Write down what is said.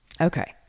Okay